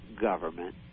government